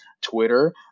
Twitter